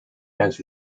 has